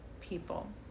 people